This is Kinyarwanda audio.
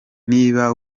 niba